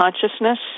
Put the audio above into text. consciousness